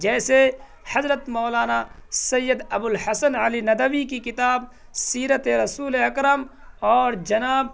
جیسے حضرت مولانا سید ابوالحسن علی ندوی کی کتاب سیرت رسول اکرم اور جناب